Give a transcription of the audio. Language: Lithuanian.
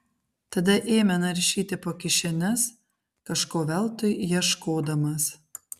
tada ėmė naršyti po kišenes kažko veltui ieškodamas